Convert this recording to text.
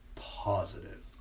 positive